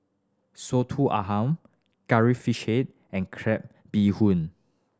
Soto Ayam Curry Fish Head and crab bee hoon